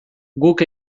guk